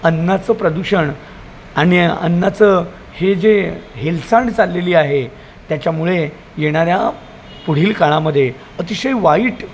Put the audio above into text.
अन्नाचं प्रदूषण आणि अन्नाचं हे जे हेळसांड चाललेली आहे त्याच्यामुळे येणाऱ्या पुढील काळामध्ये अतिशय वाईट